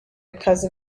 because